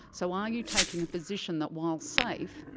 so are you taking a position that, while safe,